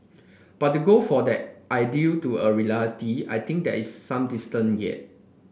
but to go for that ideal to a reality I think there is some distance yet